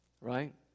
right